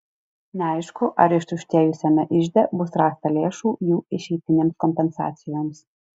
neaišku ar ištuštėjusiame ižde bus rasta lėšų jų išeitinėms kompensacijoms